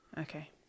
Okay